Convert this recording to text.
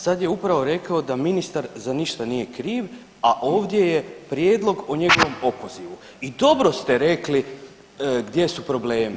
Sad je upravo rekao da ministar za ništa nije kriv, a ovdje je prijedlog o njegovom opozivu i dobro ste rekli gdje su problemi.